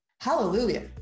Hallelujah